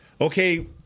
Okay